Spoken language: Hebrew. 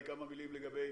כמה מילים לגבי